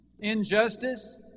Injustice